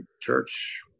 church